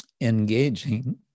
engaging